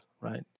right